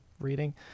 reading